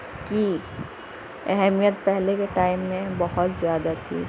کی اہمیت پہلے کے ٹائم میں بہت زیادہ تھی